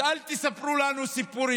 אז אל תספרו לנו סיפורים,